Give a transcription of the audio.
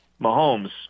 Mahomes